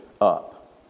up